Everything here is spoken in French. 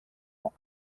mois